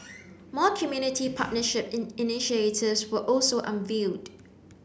more community partnership initiatives were also unveiled